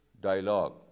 Dialogue